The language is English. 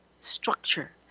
structure